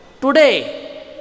Today